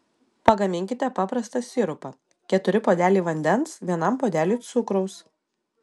pagaminkite paprastą sirupą keturi puodeliai vandens vienam puodeliui cukraus